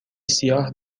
سیاه